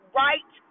right